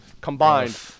combined